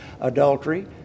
Adultery